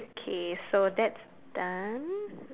okay so that's done